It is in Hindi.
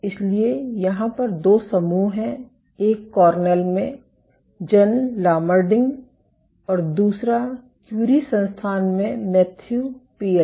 इसलिए यहाँ पर दो समूह हैं एक कॉर्नेल में जन लामरडिंग और दूसरा क्यूरी संस्थान में मैथ्यू पिएल